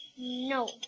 No